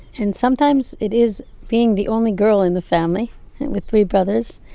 and sometimes it is, being the only girl in the family with three brothers.